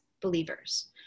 believers